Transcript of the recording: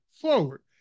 forward